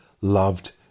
loved